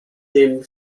dem